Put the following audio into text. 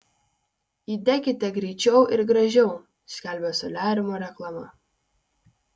įdekite greičiau ir gražiau skelbia soliariumo reklama